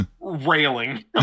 railing